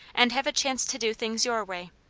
and have a chance to do things your way.